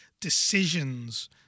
decisions